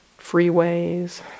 freeways